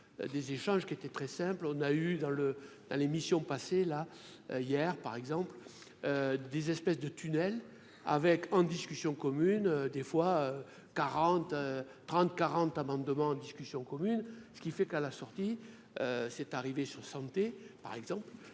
des échanges qui étaient très simple, on a eu dans le la l'émission passé là hier par exemple, des espèces de tunnel avec en discussion commune des fois 40 30 40 amendements en discussion commune, ce qui fait qu'à la sortie, c'est arrivé sur santé par exemple,